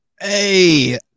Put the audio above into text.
Hey